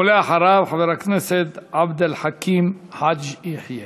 ואחריו, חבר הכנסת עבד אל חכים חאג' יחיא.